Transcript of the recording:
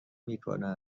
میکند